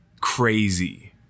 crazy